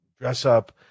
dress-up